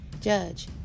Judge